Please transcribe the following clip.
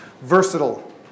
Versatile